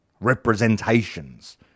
representations